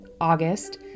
August